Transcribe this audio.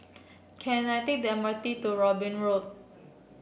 can I take the M R T to Robin Road